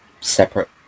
separate